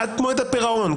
עד מועד הפירעון.